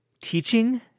teaching